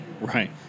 Right